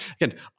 again